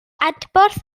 adborth